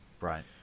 Right